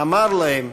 אמר להם: